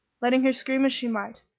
letting her scream as she might,